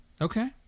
Okay